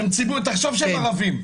תחשוב שהם ערבים.